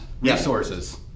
Resources